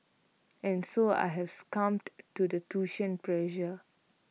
and so I have succumbed to the tuition pressure